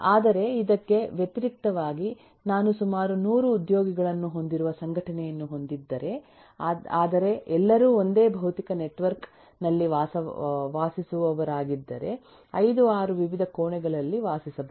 ಆದರೆ ಇದಕ್ಕೆ ವ್ಯತಿರಿಕ್ತವಾಗಿ ನಾನು ಸುಮಾರು 100 ಉದ್ಯೋಗಿಗಳನ್ನು ಹೊಂದಿರುವ ಸಂಘಟನೆಯನ್ನು ಹೊಂದಿದ್ದರೆ ಆದರೆ ಎಲ್ಲರೂ ಒಂದೇ ಭೌತಿಕ ನೆಟ್ವರ್ಕ್ ನಲ್ಲಿ ವಾಸಿಸುವವರಾಗಿದ್ದರೆ 5 6 ವಿವಿಧ ಕೋಣೆಗಳಲ್ಲಿ ವಾಸಿಸಬಹುದು